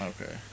Okay